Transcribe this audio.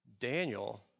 Daniel